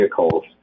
vehicles